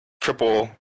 triple